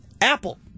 Apple